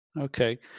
Okay